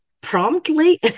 promptly